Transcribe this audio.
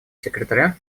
секретаря